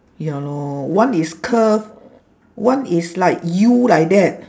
ya lor one is curve one is like U like that